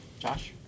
Josh